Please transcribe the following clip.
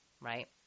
right